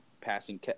passing